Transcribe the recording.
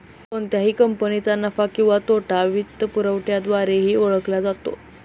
कोणत्याही कंपनीचा नफा किंवा तोटा वित्तपुरवठ्याद्वारेही ओळखला जातो